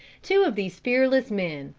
two of these fearless men,